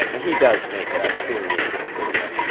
ah he does make it. i've seen the end of the video.